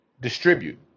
distribute